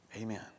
amen